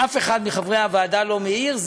אף אחד מחברי הוועדה לא מעיר,